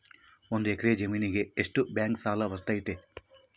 ಒಂದು ಎಕರೆ ಜಮೇನಿಗೆ ಎಷ್ಟು ಬ್ಯಾಂಕ್ ಸಾಲ ಬರ್ತೈತೆ?